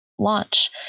launch